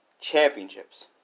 championships